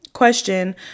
question